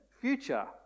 future